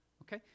Okay